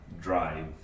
drive